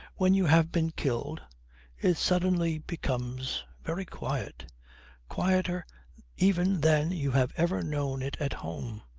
when you have been killed it suddenly becomes very quiet quieter even than you have ever known it at home.